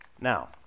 now